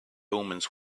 omens